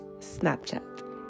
snapchat